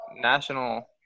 National